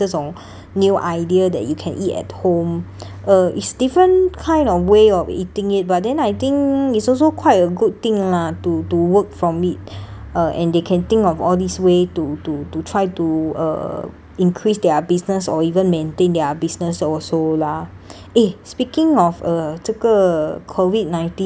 new idea that you can eat at home uh it's different kind of way of eating it but then I think it's also quite a good thing lah to to work from it uh and they can think of all this way to to to try to uh increase their business or even maintain their business also lah eh speaking of uh 这个 COVID nineteen ah